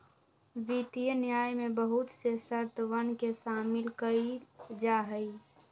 वित्तीय न्याय में बहुत से शर्तवन के शामिल कइल जाहई